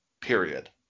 period